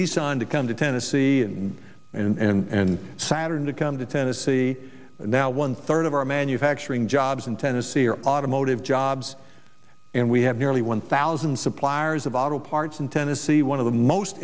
nissan to come to tennessee and and saturn to come to tennessee and now one third of our manufacturing jobs in tennessee are automotive jobs and we have nearly one thousand suppliers of auto parts in tennessee one of the most